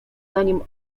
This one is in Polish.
zanim